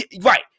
right